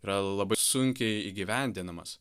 yra labai sunkiai įgyvendinamas